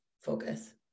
focus